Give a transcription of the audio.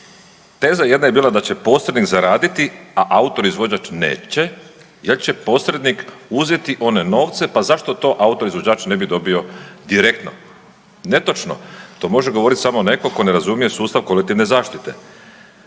teza jedna je bila da će posrednik zaraditi, a autor i izvođač neće jer će posrednik uzeti one novce pa zašto to autor, izvođač ne bi dobio direktno? Netočno. To može govoriti samo netko tko ne razumije sustav kolektivne zaštite.